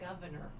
governor